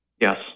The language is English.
yes